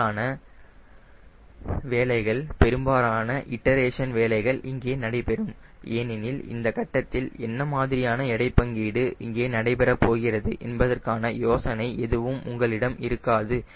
பெரும்பாலான வேலைகள் பெரும்பாலான இட்ரேஷன் வேலைகள் இங்கே நடைபெறும் ஏனெனில் இந்த கட்டத்தில் என்ன மாதிரியான எடைப் பங்கீடு இங்கே நடைபெறப் போகிறது என்பதற்கான யோசனை எதுவும் உங்களிடம் இருக்காது